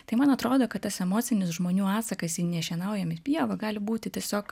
tai man atrodo kad tas emocinis žmonių atsakas į nešienaujami pievą gali būti tiesiog